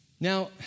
Now